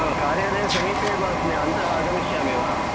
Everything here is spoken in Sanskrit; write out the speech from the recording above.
ह कार्यालयसमीपे एव अस्मि अन्तः आगमिष्यामि वा